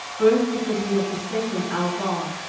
both because we have forsaken our god,